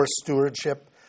stewardship